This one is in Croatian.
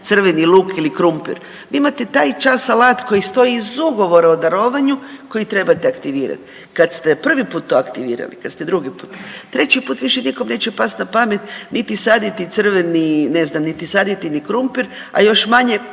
crveni luk ili krumpir, vi imate taj čas alat koji stoji uz ugovor o darovanju koji trebate aktivirat. Kad ste prvi put to aktivirali, kad ste drugi put, treći put više nikom neće past na pamet niti saditi crveni ne znam niti saditi ni krumpir, a još manje